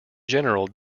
general